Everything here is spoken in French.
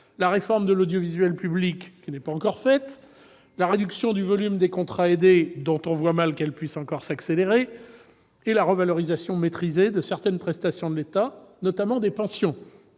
la réforme de l'audiovisuel public, qui n'est pas encore faite, la réduction du volume des contrats aidés, dont on voit mal qu'elle puisse encore s'accélérer, et « la revalorisation maîtrisée de certaines prestations de l'État, notamment des pensions